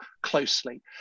closely